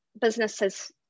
businesses